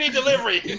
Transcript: delivery